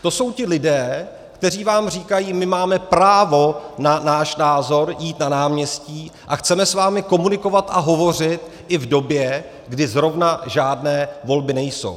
To jsou ti lidé, kteří vám říkají: my máme právo na náš názor, jít na náměstí a chceme s vámi komunikovat a hovořit i v době, kdy zrovna žádné volby nejsou.